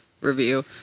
Review